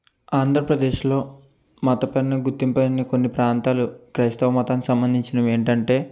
ఆంధ్రప్రదేశ్లో మతం పైన గుర్తుంపు అయిన కొన్ని ప్రాంతాలు క్రైస్తవ మతానికి సంబంధించినవి ఏంటంటే